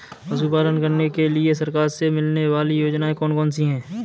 पशु पालन करने के लिए सरकार से मिलने वाली योजनाएँ कौन कौन सी हैं?